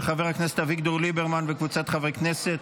של חבר הכנסת אביגדור ליברמן וקבוצת חברי הכנסת.